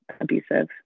abusive